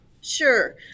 Sure